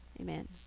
amen